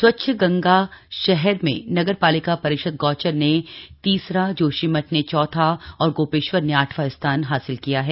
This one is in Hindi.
स्वच्छ गंगा शहर में नगर पालिका परिषद गौचर ने तीसरा जोशीमठ ने चौथा और गोपेश्वर ने आठवां स्थान हासिल किया है